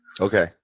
Okay